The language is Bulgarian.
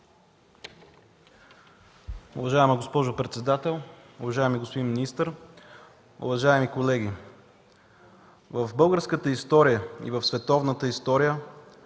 Уважаема госпожо председател, уважаеми господин министър, уважаеми колеги! В българската и в световната история